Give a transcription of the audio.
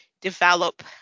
develop